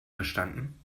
verstanden